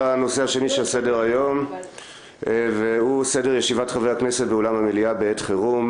2. סדר ישיבת חברי הכנסת באולם המליאה בעת חירום נעבור לסדר